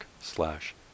slash